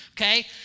okay